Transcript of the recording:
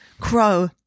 Crow